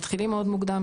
מתחילים מאוד מוקדם,